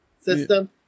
system